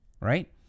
right